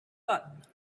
button